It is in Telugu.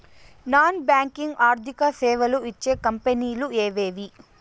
నాన్ బ్యాంకింగ్ ఆర్థిక సేవలు ఇచ్చే కంపెని లు ఎవేవి?